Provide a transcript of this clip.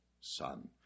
Son